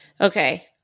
Okay